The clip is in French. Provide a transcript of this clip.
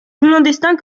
clandestins